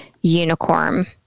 unicorn